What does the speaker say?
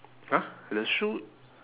!huh! the shoe